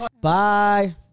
Bye